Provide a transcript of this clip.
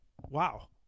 Wow